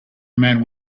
man